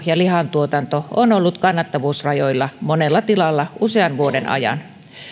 ja lihantuotanto on ollut kannattavuusrajoilla monella tilalla usean vuoden ajan